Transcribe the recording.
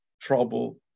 trouble